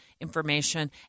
information